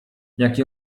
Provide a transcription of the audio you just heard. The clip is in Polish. jaki